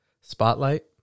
spotlight